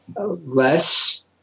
less